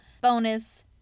bonus